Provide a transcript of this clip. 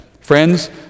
Friends